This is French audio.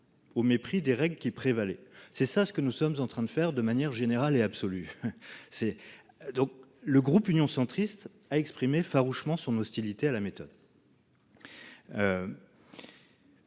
Au mépris des règles qui prévalait c'est ça ce que nous sommes en train de faire, de manière générale et absolue. C'est donc le groupe Union centriste, a exprimé farouchement son hostilité à la méthode.